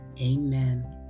amen